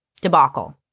Debacle